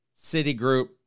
Citigroup